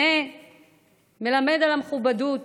זה מלמד על המכובדות